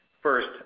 First